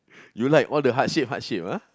you like all the heart shape heart shape ah